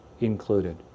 included